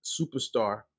superstar